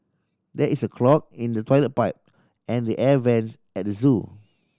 there is a clog in the toilet pipe and the air vents at the zoo